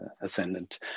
ascendant